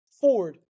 Ford